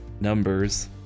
Numbers